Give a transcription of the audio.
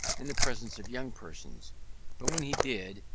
in the presence of young persons but when he did,